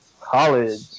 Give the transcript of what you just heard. College